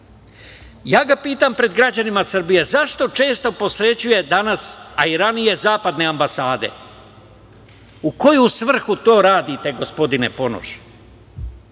ga pred građanima Srbije – zašto često posećuje danas, a i ranije, zapadne ambasade, u koju svrhu to radite, gospodine Ponoš?